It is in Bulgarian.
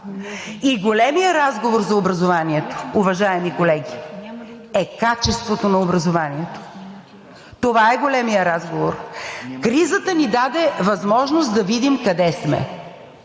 И големият разговор за образованието, уважаеми колеги, е качеството на образованието. Това е големият разговор. Кризата ни даде възможност да видим къде сме